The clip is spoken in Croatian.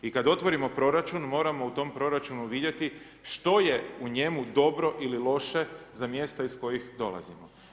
I kada otvorimo proračun, moramo u tom proračunu vidjeti što je u njemu dobro ili loše za mjesta iz kojih dolazimo.